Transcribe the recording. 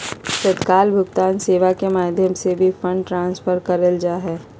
तत्काल भुगतान सेवा के माध्यम से भी फंड ट्रांसफर करल जा हय